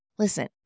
Listen